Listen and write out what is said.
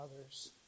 others